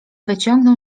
wyciągnął